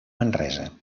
manresa